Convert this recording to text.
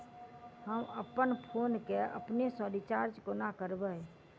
हम अप्पन फोन केँ अपने सँ रिचार्ज कोना करबै?